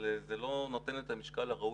אבל זה לא נותן את המשקל הראוי,